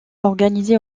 organisé